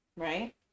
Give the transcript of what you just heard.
Right